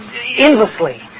endlessly